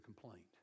complaint